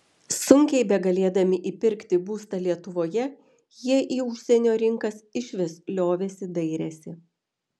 sunkiai begalėdami įpirkti būstą lietuvoje jie į užsienio rinkas išvis liovėsi dairęsi